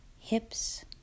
hips